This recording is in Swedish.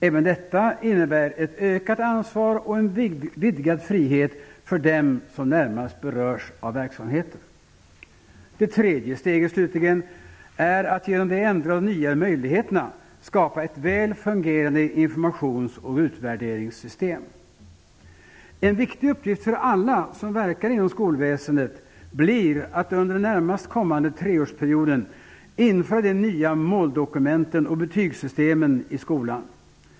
Även detta innebär ett ökat ansvar och en vidgad frihet för dem som närmast berörs av verksamheten. Det tredje steget, slutligen, är att genom de ändrade och nya möjligheterna skapa ett väl fungerande informations och utvärderingssystem. En viktig uppgift för alla som verkar inom skolväsendet blir att under den närmast kommande treårsperioden införa de nya måldokumenten och betygssystemen i skolan.